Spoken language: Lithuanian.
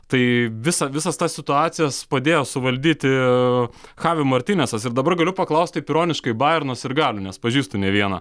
tai visą visas tas situacijas padėjo suvaldyti chavi martinesas ir dabar galiu paklausti taip ironiškai bajerno sirgalių nes pažįstu ne vieną